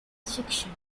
section